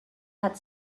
had